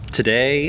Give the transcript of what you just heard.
Today